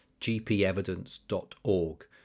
gpevidence.org